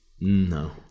no